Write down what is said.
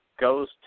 goes